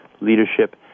leadership